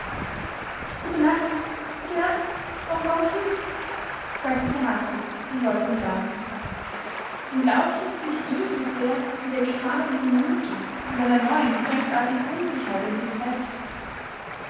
gute nacht gute nacht auf morgen früh sagte sie hastig und wollte entlaufen entlaufen nicht ihm so sehr wie der gefahr dieser minute und einer neuen fremdartigen unsicherheit in sich selbst